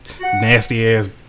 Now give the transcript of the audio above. nasty-ass